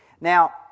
Now